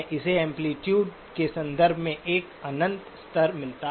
इसे एम्पलीटूडे के संदर्भ में एक अनंत स्तर मिला है